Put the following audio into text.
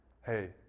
Hey